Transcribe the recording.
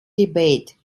debate